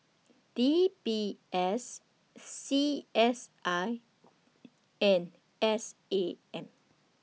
D B S C S I and S A M